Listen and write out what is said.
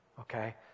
Okay